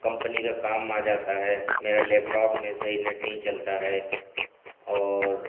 company کا کام آ جاتا ہے میرا لیپ ٹاپ میں صحیح نیٹ نہیں چلتا ہے اور